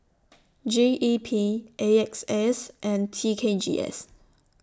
G E P A X S and T K G S